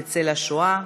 בצל השואה,